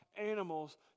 animals